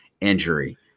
injury